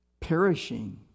perishing